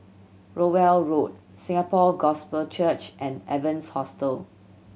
Rowell Road Singapore Gospel Church and Evans Hostel